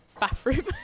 bathroom